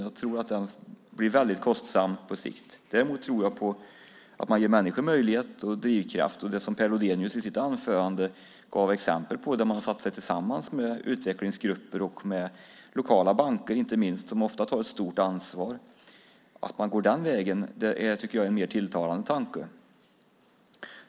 Jag tror att den blir väldigt kostsam på sikt. Däremot tror jag på att man ger människor möjlighet och drivkraft. I sitt anförande gav Per Lodenius exempel på att man hade satt sig tillsammans med utvecklingsgrupper och lokala banker som ofta tar ett stort ansvar. Att man går den vägen tycker jag är en mer tilltalande tanke.